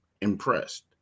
impressed